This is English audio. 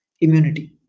immunity